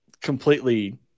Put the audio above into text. completely